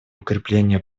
укрепление